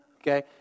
okay